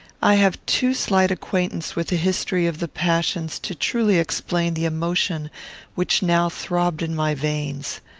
i have too slight acquaintance with the history of the passions to truly explain the emotion which now throbbed in my veins.